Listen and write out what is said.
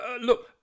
Look